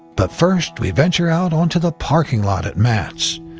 but first, we venture out onto the parking lot at mats.